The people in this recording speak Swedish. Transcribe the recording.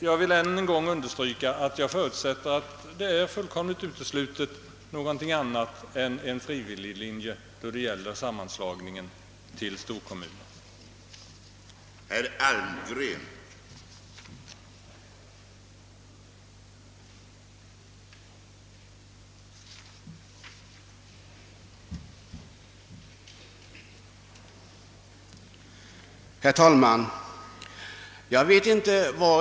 Jag vill ännu en gång understryka att jag förutsätter att någonting annat än en frivillig linje när det gäller sam manslagningen till storkommuner är fullkomligt uteslutet.